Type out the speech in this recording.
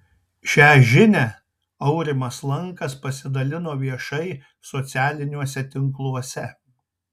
šią žinią aurimas lankas pasidalino viešai socialiniuose tinkluose